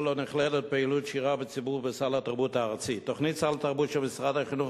1. תוכנית סל תרבות של משרד החינוך,